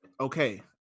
Okay